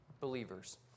believers